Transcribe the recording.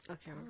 Okay